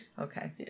Okay